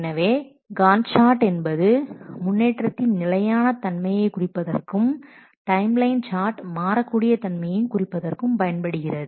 எனவே Gantt chart என்பது முன்னேற்றத்தின் நிலையான தன்மையை குறிப்பதற்கும் டைம் லைன் சார்ட் மாறக்கூடிய தன்மையை குறிப்பதற்கும் பயன்படுகிறது